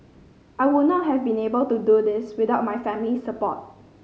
I would not have been able to do this without my family's support